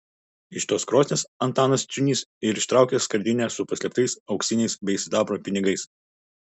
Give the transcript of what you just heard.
iš tos krosnies antanas ciūnys ir ištraukė skardinę su paslėptais auksiniais bei sidabro pinigais